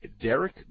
Derek